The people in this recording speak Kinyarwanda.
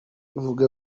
buvuge